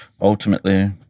ultimately